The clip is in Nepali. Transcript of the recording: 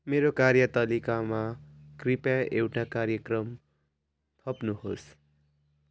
मेरो कार्यतालिकामा कृपया एउटा कार्यक्रम थप्नुहोस्